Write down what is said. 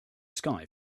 sky